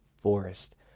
forest